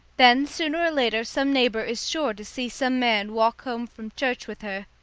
then sooner or later some neighbour is sure to see some man walk home from church with her,